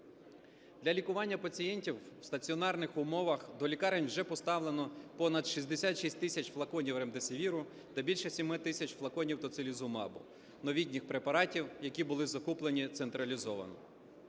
Для лікування пацієнтів в стаціонарних умовах до лікарень вже поставлено понад 66 тисяч флаконів ремдесивіру та більше 7 тисяч флаконів тоцилізумабу – новітніх препаратів, які були закуплені централізовано.